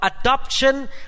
adoption